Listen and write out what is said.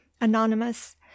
anonymous